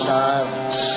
silence